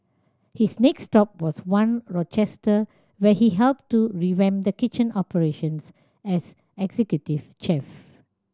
his next stop was One Rochester where he helped to revamp the kitchen operations as executive chef